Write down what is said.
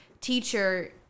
teacher